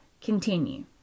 continue